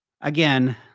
Again